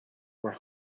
were